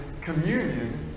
communion